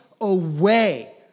away